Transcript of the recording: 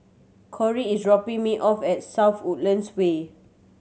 Kori is dropping me off at South Woodlands Way